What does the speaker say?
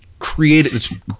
created